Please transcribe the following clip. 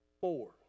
Four